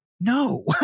No